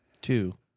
two